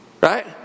Right